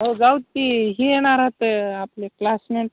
हो जाऊ तर ही येणार होते आपले क्लासमेट